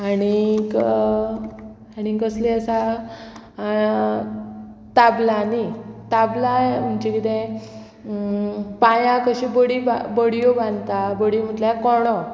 आणीक आनी कसली आसा ताबलांनी ताबलां म्हणजे कितें पांयां कशी बडी बडयो बांदता बडयो म्हटल्यार कोणो